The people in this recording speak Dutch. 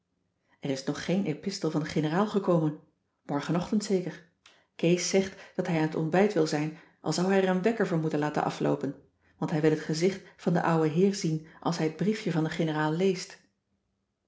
geen epistel van de generaal gekomen morgenochtend zeker kees zegt dat hij aan het ontbijt wil zijn al zou hij er een wekker voor moeten laten afloopen want hij wil het gezicht van den ouwen heer zien als hij t briefje van de generaal leest